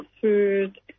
food